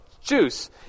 juice